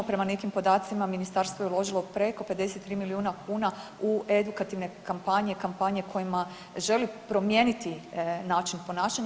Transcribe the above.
Prema nekim podacima ministarstvo je uložilo preko 53 milijuna kuna u edukativne kampanje, kampanje kojima želi promijeniti način ponašanja.